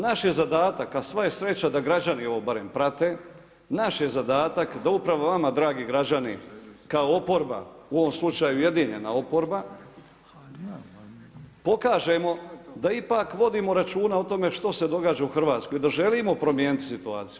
Naš je zadatak a sva je sreća da građani ovo barem prate naš je zadatak da upravo dragi građani kao oporba u ovom slučaju ujedinjena oporba, pokažemo da ipak vodimo računa o tome što se događa u Hrvatskoj i da želimo promijeniti situaciju.